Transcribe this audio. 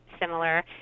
similar